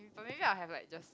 oh maybe I'll have like just